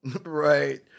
right